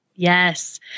Yes